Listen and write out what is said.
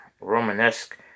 Romanesque